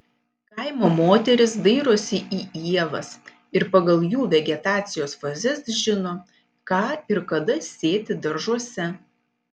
kaimo moterys dairosi į ievas ir pagal jų vegetacijos fazes žino ką ir kada sėti daržuose